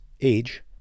Age